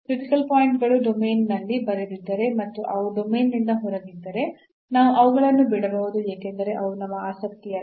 critical point ಗಳು ಡೊಮೇನ್ನಲ್ಲಿ ಬರದಿದ್ದರೆ ಮತ್ತು ಅವು ಡೊಮೇನ್ನಿಂದ ಹೊರಗಿದ್ದರೆ ನಾವು ಅವುಗಳನ್ನು ಬಿಡಬಹುದು ಏಕೆಂದರೆ ಅವು ನಮ್ಮ ಆಸಕ್ತಿಯಲ್ಲ